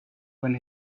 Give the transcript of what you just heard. when